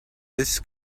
this